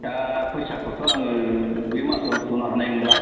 दा फैसाखौथ' आङो बै मासाव होथ'नो हानाय नंला